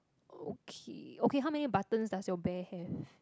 okay okay how many buttons does your bear have